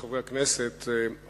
חברי הכנסת,